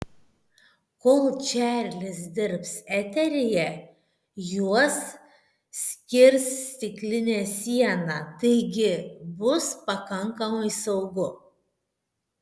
kol čarlis dirbs eteryje juos skirs stiklinė siena taigi bus pakankamai saugu